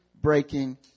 breaking